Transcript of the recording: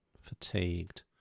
fatigued